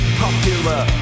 popular